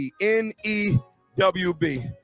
N-E-W-B